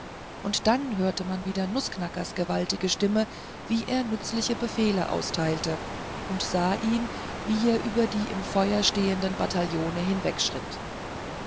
und dann hörte man wieder nußknackers gewaltige stimme wie er nützliche befehle austeilte und sah ihn wie er über die im feuer stehenden bataillone